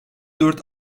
dört